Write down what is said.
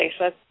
Facebook